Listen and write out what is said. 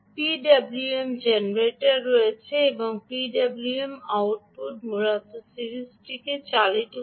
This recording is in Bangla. পিডাব্লুএম জেনারেটর রয়েছে এবং পিডব্লিউএম আউটপুট মূলত সিরিজটিকে চালিত করে